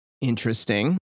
Interesting